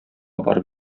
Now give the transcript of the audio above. барып